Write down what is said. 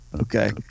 Okay